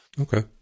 Okay